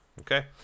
Okay